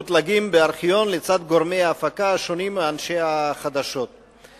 לצד גורמי ההפקה השונים ואנשי החדשות,